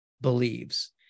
believes